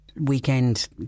weekend